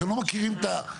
אתם לא מכירים את האיש,